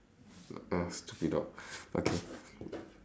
uh stupid dog okay